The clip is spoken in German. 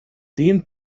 den